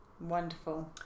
wonderful